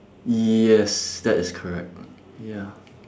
yes that is correct lah ya